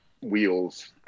wheels